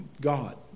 God